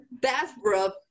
bathrobe